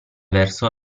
verso